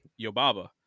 Yobaba